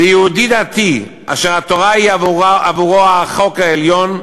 ליהודי דתי, אשר התורה היא עבורו החוק העליון,